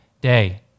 day